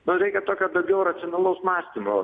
nu reikia tokio daugiau racionalaus mąstymo